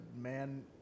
man